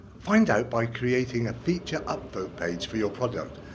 find out by creating a feature upvote page for your product,